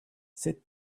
set